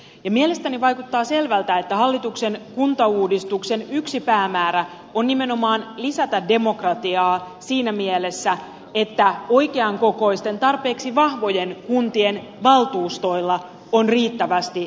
mielestäni vaikuttaa selvältä että hallituksen kuntauudistuksen yksi päämäärä on nimenomaan lisätä demokratiaa siinä mielessä että oikean kokoisten tarpeeksi vahvojen kuntien valtuustoilla on riittävästi päätäntävaltaa